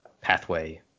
pathway